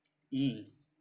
mm